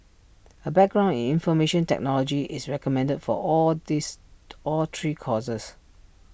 A background in information technology is recommended for all these all three courses